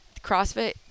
CrossFit